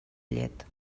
llet